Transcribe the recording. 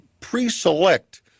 pre-select